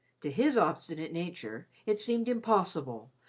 to his obstinate nature it seemed impossible,